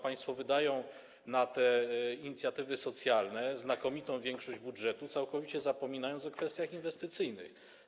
Państwo wydają na inicjatywy socjalne znakomitą większość budżetu, całkowicie zapominając o kwestiach inwestycyjnych.